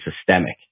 systemic